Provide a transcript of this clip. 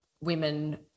women